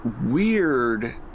weird